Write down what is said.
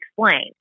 explain